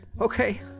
Okay